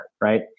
right